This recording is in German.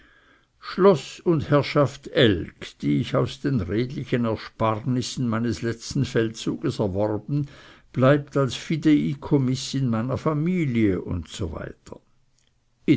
schloß und herrschaft elgg die ich aus den redlichen ersparnissen meines letzten feldzuges erworben bleibt als fideikommiß in meiner familie usw